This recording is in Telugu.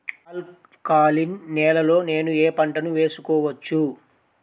ఆల్కలీన్ నేలలో నేనూ ఏ పంటను వేసుకోవచ్చు?